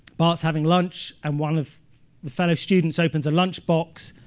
bart's having lunch and one of the fellow students opens a lunch box,